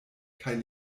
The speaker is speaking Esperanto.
kaj